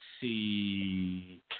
see